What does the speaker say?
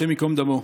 השם ייקום דמו,